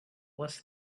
was